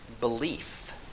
belief